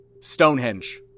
Stonehenge